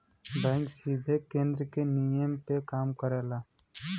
bank सीधे केन्द्र के नियम पे काम करला